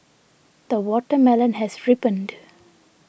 the watermelon has ripened